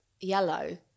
yellow